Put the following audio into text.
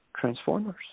transformers